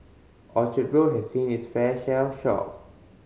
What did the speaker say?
Orchard Road has seen it's fair share of shock